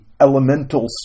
elemental